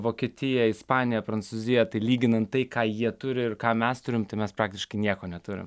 vokietiją ispaniją prancūziją tai lyginant tai ką jie turi ir ką mes turim tai mes praktiškai nieko neturim